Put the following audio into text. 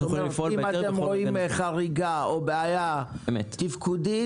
אם אתם רואים חריגה או בעיה תפקודית,